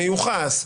מיוחס,